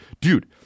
Dude